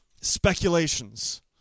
speculations